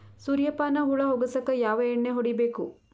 ಸುರ್ಯಪಾನ ಹುಳ ಹೊಗಸಕ ಯಾವ ಎಣ್ಣೆ ಹೊಡಿಬೇಕು?